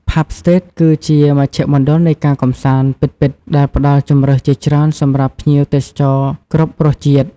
ផាប់ ស្ទ្រីត គឺជា មជ្ឈមណ្ឌលនៃការកម្សាន្ត ពិតៗ ដែលផ្ដល់ជម្រើសជាច្រើនសម្រាប់ភ្ញៀវទេសចរគ្រប់រសជាតិ។